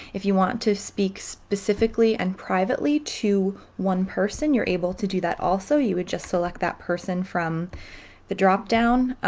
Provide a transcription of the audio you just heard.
if you want to speak specifically and privately to one person, you're able to do that also, you would just select that person from the drop-down.